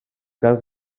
cas